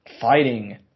fighting